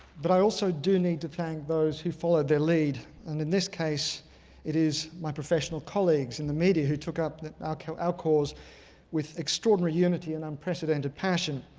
but i also do need to thank those who followed their lead. and in this case it is my professional colleagues in the media who took up ah our cause with extraordinary unity and unprecedented passion.